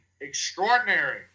extraordinary